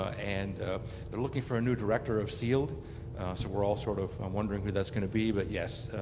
and they're looking for a new director of field so we're all sort of um wondering who that's going to be, but yes,